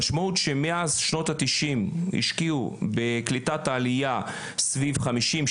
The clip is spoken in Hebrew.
המשמעות שמאז שנות התשעים השקיעו בקליטת העלייה סביב חמישים,